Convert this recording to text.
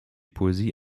poesie